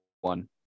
one